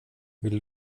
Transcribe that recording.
vill